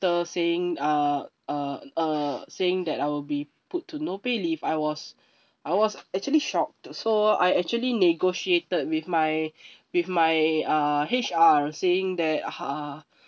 saying uh uh uh saying that I will be put to no pay leave I was I was actually shocked so I actually negotiated with my with my uh H_R saying that ha